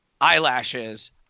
eyelashes